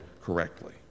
correctly